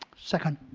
second.